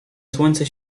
słońce